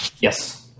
Yes